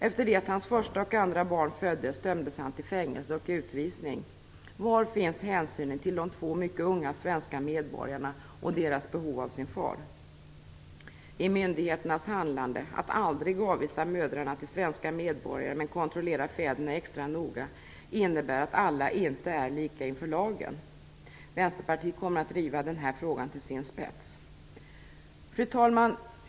Efter det att hans första och andra barn föddes dömdes han till fängelse och utvisning. Var finns hänsynen till de två mycket unga svenska medborgarna och deras behov av sin far? I myndigheternas handlande - att aldrig avvisa mödrarna till svenska medborgare men kontrollera fäderna extra noga - innebär att alla inte är lika inför lagen. Vänsterpartiet kommer att driva denna fråga till sin spets. Fru talman!